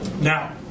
Now